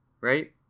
Right